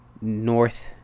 north